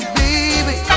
baby